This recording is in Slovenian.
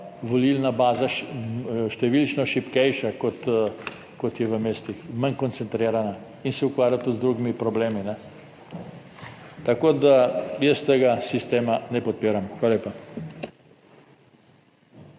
volilna baza številčno šibkejša kot je v mestih, manj koncentrirana in se ukvarja tudi z drugimi problemi. Tako da, jaz tega sistema ne podpiram. Hvala lepa.